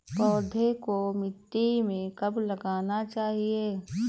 पौधें को मिट्टी में कब लगाना चाहिए?